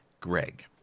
Greg